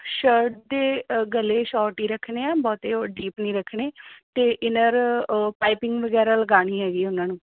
shirt ਦੇ ਗਲੇ short ਈ ਰੱਖਣੇ ਆ ਬਹੁਤੇ ਉਹ ਡੀਪ ਨੀ ਰੱਖਣੇ ਅਤੇ ਇਨਰ ਪਾਈਪਿੰਗ ਵਗੈਰਾ ਲਗਾਣੀ ਹੈਗੀ ਉਹਨਾਂ ਨੂੰ